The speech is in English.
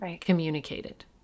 communicated